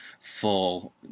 Full